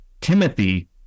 Timothy